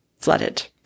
flooded